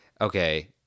Okay